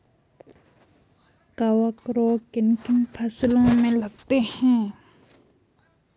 कवक रोग किन किन फसलों में लगते हैं?